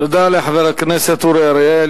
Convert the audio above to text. תודה לחבר הכנסת אורי אריאל.